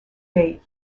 date